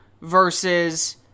versus